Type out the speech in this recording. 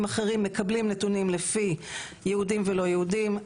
אחרים מקבלים נתונים לפי יהודים ולא יהודים,